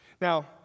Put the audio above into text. Now